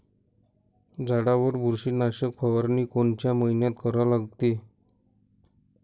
झाडावर बुरशीनाशक फवारनी कोनच्या मइन्यात करा लागते?